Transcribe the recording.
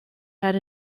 had